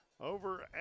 Over